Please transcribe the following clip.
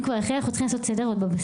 כבר אחרי אנחנו צריכים לעשות סדר בבסיס.